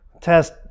test